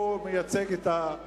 הוא מייצג את, בבקשה.